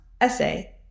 essay